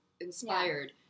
inspired